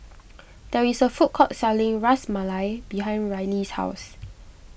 there is a food court selling Ras Malai behind Rylee's house